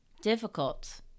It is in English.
Difficult